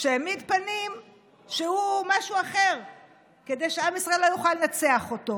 שהעמיד פנים שהוא משהו אחר כדי שעם ישראל לא יוכל לנצח אותו.